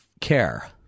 care